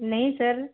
नहीं सर